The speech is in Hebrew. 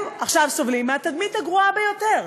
הם עכשיו סובלים מהתדמית הגרועה ביותר,